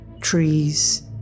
Trees